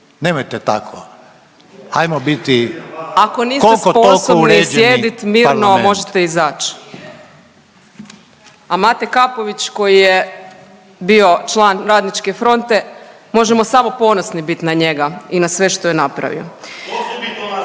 niste sposobni sjedit mirno, možete izać. A Mate Kapović koji je bio član Radničke fronte, možemo samo ponosni bit na njega i na sve što je napravio.